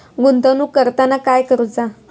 गुंतवणूक करताना काय करुचा?